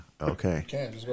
Okay